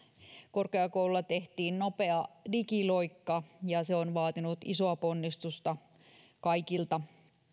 korkeakouluilla tehtiin nopea digiloikka ja se on vaatinut isoa ponnistusta kaikilta